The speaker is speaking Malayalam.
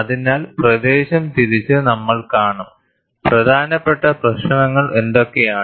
അതിനാൽ പ്രദേശം തിരിച്ച് നമ്മൾ കാണും പ്രധാനപ്പെട്ട പ്രശ്നങ്ങൾ എന്തൊക്കെയാണ്